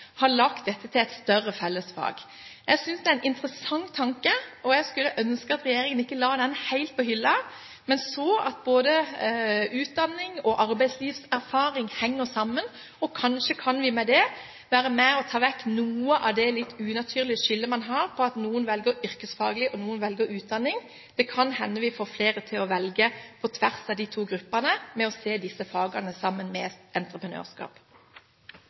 dette til et større fellesfag. Jeg synes det er en interessant tanke, og jeg skulle ønske at regjeringen ikke la den helt på hylla, men så at både utdanning og arbeidslivserfaring henger sammen. Kanskje kan vi med det være med og ta vekk noe av det litt unaturlige skillet man har ved at noen velger yrkesfaglig, og noen velger utdanning. Det kan hende vi får flere til å velge på tvers av de to gruppene ved å se disse fagene sammen med entreprenørskap.